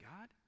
God